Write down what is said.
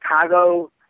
Chicago